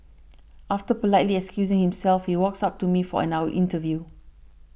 after politely excusing himself he walks up to me for an now interview